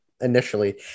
initially